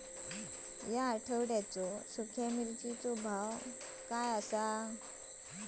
या आठवड्याचो सुख्या मिर्चीचो भाव काय आसा?